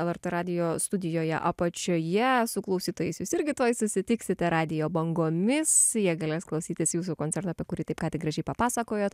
lrt radijo studijoje apačioje su klausytojais jūs irgi tuoj susitiksite radijo bangomis jie galės klausytis jūsų koncerto apie kurį taip ką tik gražiai papasakojot